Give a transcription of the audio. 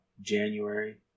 January